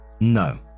No